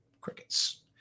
Crickets